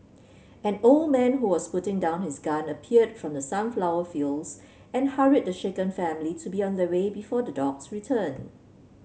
an old man who was putting down his gun appeared from the sunflower fields and hurried the shaken family to be on their way before the dogs return